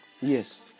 Yes